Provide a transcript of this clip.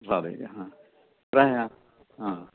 भवेत् प्रायः